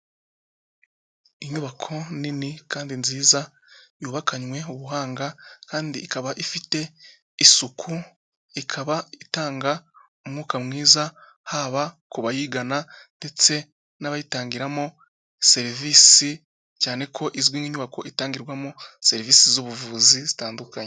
Inyubako nini kandi nziza yubakanwe ubuhanga kandi ikaba ifite isuku, ikaba itanga umwuka mwiza haba ku bayigana ndetse n'abayitangiramo serivisi, cyane ko izwi nk'inyubako itangirwamo serivisi z'ubuvuzi zitandukanye.